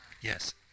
Yes